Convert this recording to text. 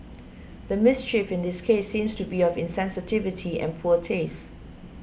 the mischief in this case seems to be of insensitivity and poor taste